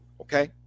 Okay